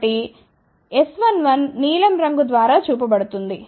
కాబట్టి S11 నీలం రంగు ద్వారా చూపబడుతుంది